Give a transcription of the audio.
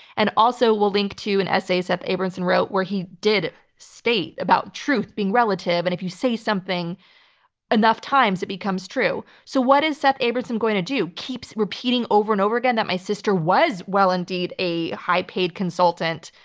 and also, we'll link to an essay seth abramson wrote where he did state about truth being relative, and if you see something enough times, it becomes true. so, what is seth abramson going to do? keeps repeating over and over again that my sister was well indeed a high-paid consultant,